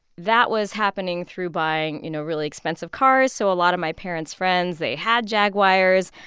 that was happening through buying, you know, really expensive cars. so a lot of my parents' friends they had jaguars,